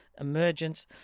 emergence